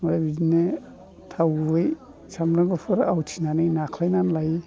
ओमफ्राय बिदिनो थाव गुबै सामब्राम गुफुर आवथिनानै नाख्लायनानै लायो